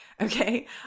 Okay